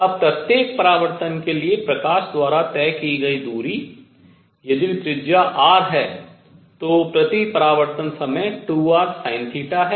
अब प्रत्येक परावर्तन के लिए प्रकाश द्वारा तय की गई दूरी यदि त्रिज्या r है तो प्रति परावर्तन समय 2rsinθ है